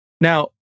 Now